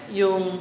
yung